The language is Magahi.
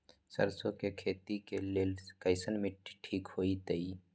सरसों के खेती के लेल कईसन मिट्टी ठीक हो ताई?